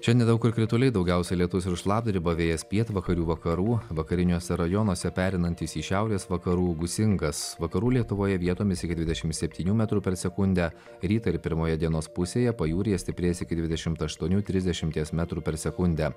šiandien daug kur krituliai daugiausia lietus ir šlapdriba vėjas pietvakarių vakarų vakariniuose rajonuose pereinantis į šiaurės vakarų gūsingas vakarų lietuvoje vietomis iki dvidešim septynių metrų per sekundę rytą ir pirmoje dienos pusėje pajūryje stiprės iki dvidešimt aštuonių trisdešimties metrų per sekundę